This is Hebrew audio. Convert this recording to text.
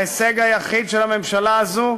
ההישג היחיד של הממשלה הזאת,